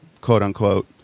quote-unquote